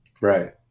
Right